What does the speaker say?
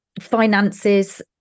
finances